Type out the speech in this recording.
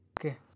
Okay